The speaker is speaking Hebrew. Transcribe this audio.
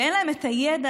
שאין להם את הידע,